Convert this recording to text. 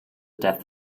death